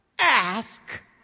ask